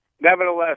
nevertheless